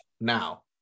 now